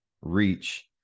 reach